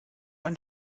ein